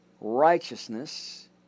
righteousness